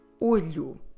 OLHO